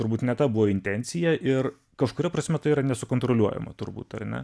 turbūt ne ta buvo intencija ir kažkuria prasme tai yra nesukontroliuojama turbūt ar ne